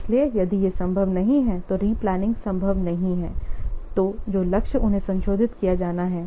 इसलिए यदि यह संभव नहीं है तो रिप्लेनिंग संभव नहीं है तो जो लक्ष्य उन्हें संशोधित किया जाना है